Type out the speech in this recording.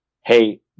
hey